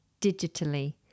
Digitally